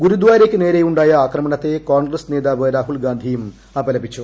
ഗുരുദാരയ്ക്കു നേരെയുണ്ടായ ആക്രമണത്തെ കോൺഗ്രസ്സ് നേതാവ് രാഹുൽഗാന്ധിയും അപലപിച്ചു